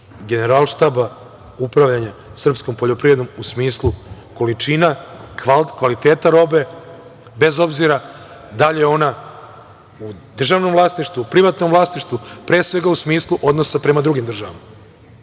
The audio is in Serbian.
generalštaba upravljanja srpskom poljoprivredom u smislu količina, kvaliteta robe, bez obzira da li je ona u državnom vlasništvu, privatnom vlasništvu, pre svega u smislu odnosa prema drugim državama. Moram